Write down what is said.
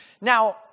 Now